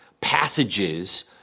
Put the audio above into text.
passages